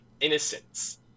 innocence